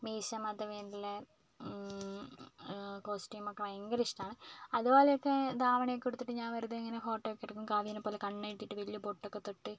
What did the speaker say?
മീശമാധവനിലെ കോസ്റ്റുമൊക്കെ ഭയങ്കര ഇഷ്ട്ടമാണ് അതുപോലെയൊക്കെ ദാവണിയൊക്കെ ഉടുത്തിട്ട് ഞാൻ വെറുതെ ഇങ്ങനെ ഫോട്ടോയൊക്കെ എടുക്കും കാവ്യനെപ്പോലെ കണ്ണെഴുതീട്ട് വലിയ പൊട്ടൊക്കെ തൊട്ട്